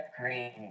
Green